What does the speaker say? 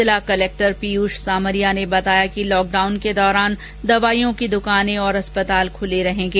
जिला कलेक्टर पीयूष सामरिया ने बताया कि लॉकडाउन के दौरान दवाइयों की दुकाने और अस्पताल खुले रहेंगे